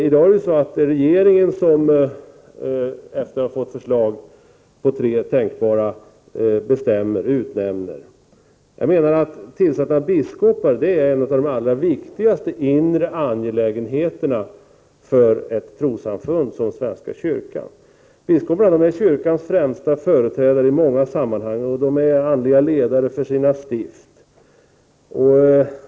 I dag är det regeringen som utnämner efter förslag på tre tänkbara kandidater. Tillsättningen av biskoparna är en av de allra viktigaste inre angelägenheterna för ett trossamfund som svenska kyrkan. Biskoparna är kyrkans främsta företrädare i många sammanhang. De är andliga ledare för sina stift.